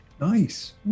Nice